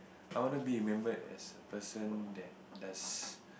I wanna be remembered as a person that does